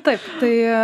taip tai